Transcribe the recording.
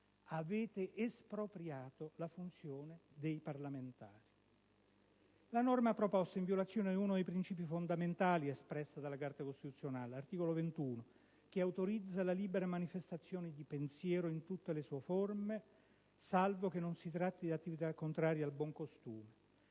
Avete espropriato la funzione dei parlamentari. La norma proposta è in violazione a uno dei princìpi fondamentali espressi dalla Carta costituzionale, l'articolo 21, che autorizza la libera manifestazione di pensiero in tutte le sue forme, salvo che non si tratti di attività contrarie al buon costume.